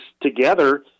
together